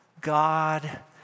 God